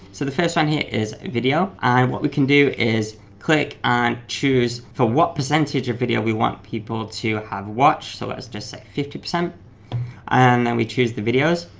so the first one here is video and what we can do is click and choose for what percentage of video we want people to have watched, so let's just say fifty. then and and we choose the videos.